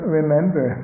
remember